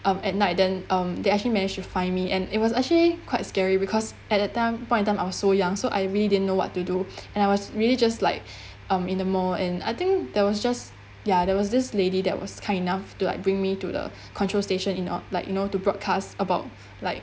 um at night then um they actually manage to find me and it was actually quite scary because at that time point of time I was so young so I really didn't know what to do and I was really just like um in the mall and I think there was just ya there was this lady that was kind enough to like bring me to the control station in oh like you know to broadcast about like